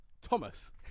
Thomas